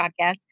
podcast